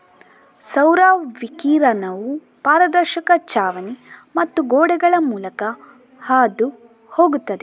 ಸೌರ ವಿಕಿರಣವು ಪಾರದರ್ಶಕ ಛಾವಣಿ ಮತ್ತು ಗೋಡೆಗಳ ಮೂಲಕ ಹಾದು ಹೋಗುತ್ತದೆ